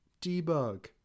Debug